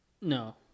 No